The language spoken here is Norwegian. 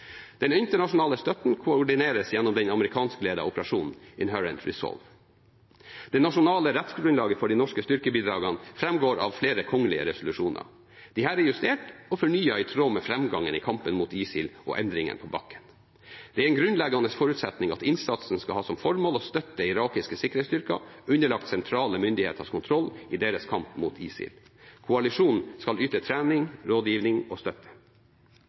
Den internasjonale støtten koordineres gjennom den amerikanskledede operasjonen Inherent Resolve. Det nasjonale rettsgrunnlaget for de norske styrkebidragene framgår av flere kongelige resolusjoner. Disse er justert og fornyet i tråd med framgangen i kampen mot ISIL og endringene på bakken. Det er en grunnleggende forutsetning at innsatsen skal ha som formål å støtte irakiske sikkerhetsstyrker underlagt sentrale myndigheters kontroll i deres kamp mot ISIL. Koalisjonen skal yte trening, rådgivning og støtte.